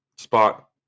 spot